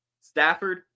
Stafford